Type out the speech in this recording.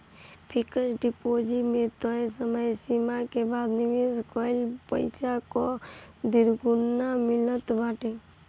fix deposit में तय समय सीमा के बाद निवेश कईल पईसा कअ दुगुना मिलत बाटे